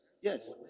Yes